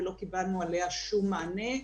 ולא קיבלנו עליה שום מענה.